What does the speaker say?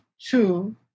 two